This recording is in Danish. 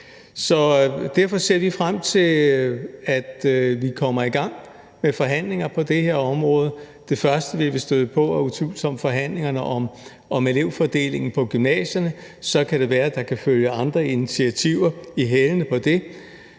derfor ser vi frem til, at vi kommer i gang med forhandlinger på det her område. Det første, vi vil støde på, er utvivlsomt forhandlingerne om elevfordelingen på gymnasierne, og så kan det være, at der kan følge andre initiativer i halen på det.